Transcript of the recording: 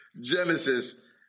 Genesis